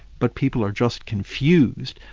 but people are just confused.